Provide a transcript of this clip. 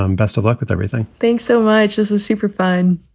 um best of luck with everything thanks so much. this is super fun